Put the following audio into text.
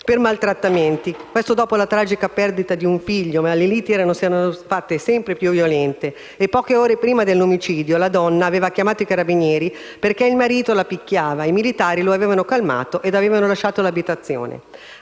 per maltrattamenti. Questo dopo la tragica perdita di un figlio, ma le liti si erano fatte sempre più violente. Poche ore prima dell'omicidio la donna aveva chiamato i Carabinieri perché il marito la picchiava. I militari lo avevano calmato e avevano lasciato l'abitazione.